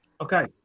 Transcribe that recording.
Okay